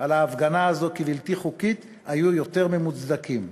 על ההפגנה הזו כבלתי חוקית, היו יותר ממוצדקים.